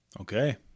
Okay